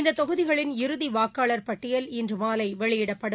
இந்ததொகுதிகளின் இறுதிவாக்காளர் பட்டியல் இன்றுமாலைவெளியிடப்படும்